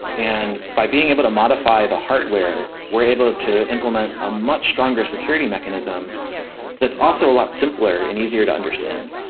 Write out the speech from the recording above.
and by being able to modify the hardware, we're able to implement a much stronger security mechanism that's also a lot simpler and easier to understand.